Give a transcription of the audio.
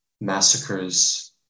massacres